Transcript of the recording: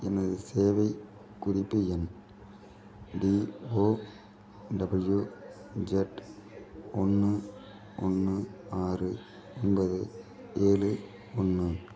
எனது சேவை குறிப்பு எண் டிஓடபிள்யூஇஜட் ஒன்று ஒன்று ஆறு ஒம்பது ஏழு ஒன்று